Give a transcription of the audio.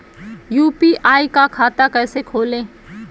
UPI का खाता कैसे खोलें?